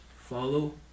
follow